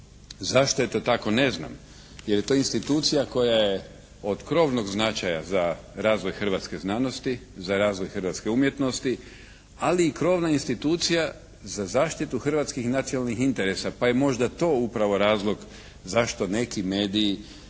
Zašto je to tako ne znam. Jer je to institucija koja je od krovnog značaja za razvoj hrvatske znanosti, za razvoj hrvatske umjetnosti ali i krovna institucija za zaštitu hrvatskih nacionalnih interesa, pa je možda to upravo razlog zašto neki mediji